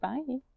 Bye